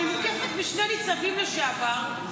אני מוקפת בשני ניצבים לשעבר,